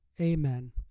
amen